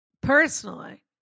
personally